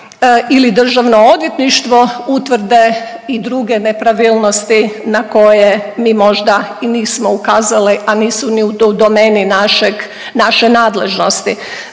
ili Državno odvjetništvo utvrde i druge nepravilnosti na koje mi možda i nismo ukazali, a nisu ni u domeni naše nadležnosti.